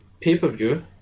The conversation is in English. pay-per-view